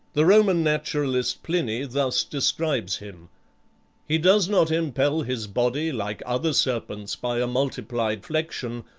the roman naturalist pliny thus describes him he does not impel his body, like other serpents, by a multiplied flexion,